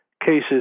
cases